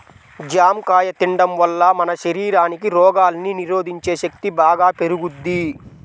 జాంకాయ తిండం వల్ల మన శరీరానికి రోగాల్ని నిరోధించే శక్తి బాగా పెరుగుద్ది